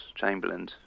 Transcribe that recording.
Chamberlain